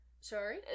Sorry